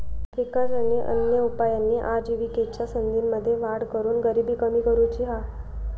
विकास आणि अन्य उपायांनी आजिविकेच्या संधींमध्ये वाढ करून गरिबी कमी करुची हा